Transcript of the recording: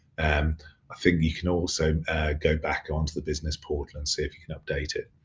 and ah think you can also go back onto the business portal and see if you can update it.